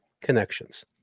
connections